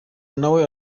nawe